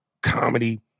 comedy